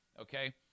Okay